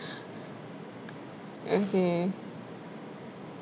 okay